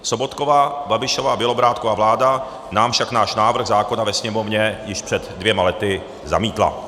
Sobotkova, Babišova, Bělobrádkova vláda nám však náš návrh zákona ve Sněmovně již před dvěma lety zamítla.